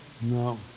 no